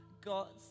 Got